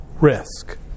risk